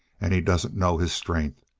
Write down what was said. and he doesn't know his strength.